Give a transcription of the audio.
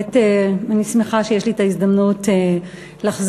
ובאמת אני שמחה שיש לי הזדמנות לחזור